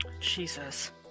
Jesus